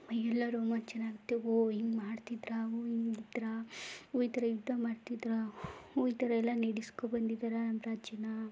ಮೈಯ್ಯೆಲ್ಲ ರೋಮಾಂಚನ ಆಗುತ್ತೆ ಓ ಹಿಂಗೆ ಮಾಡ್ತಿದ್ದರಾ ಓ ಹಿಂಗಿದ್ರಾ ಓ ಈ ಥರ ಯುದ್ಧ ಮಾಡ್ತಿದ್ರಾ ಓ ಈ ಥರ ಎಲ್ಲ ನಡೆಸ್ಕೊಂಡ್ಬಂದಿದ್ರಾ ಅಂತ ಜನ